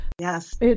Yes